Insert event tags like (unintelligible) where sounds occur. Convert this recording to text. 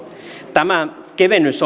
tämä kevennys (unintelligible)